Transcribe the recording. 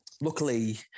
luckily